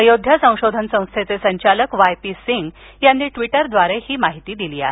अयोध्या संशोधन संस्थेचे संचालक वाय पी सिंग यांनी ट्विटरद्वारे ही माहिती दिली आहे